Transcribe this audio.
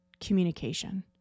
communication